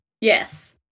yes